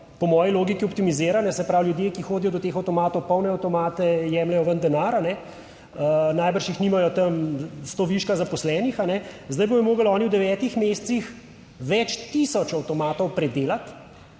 po moji logiki optimizirane, se pravi ljudje, ki hodijo do teh avtomatov, polne avtomate, jemljejo ven denar, najbrž jih nimajo tam sto viška zaposlenih, zdaj bodo morali oni v devetih mesecih več tisoč avtomatov predelati.